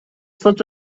such